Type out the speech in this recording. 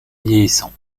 vieillissant